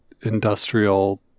industrial